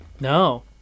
No